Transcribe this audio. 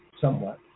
somewhat